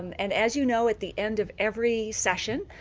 and as you know, at the end of every session,